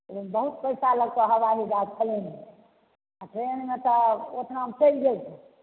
बहुत पैसा लगतऽ हवाइ जहाज प्लेनमे आ ट्रैनमे तऽ ओतनामे चैलि जैबहो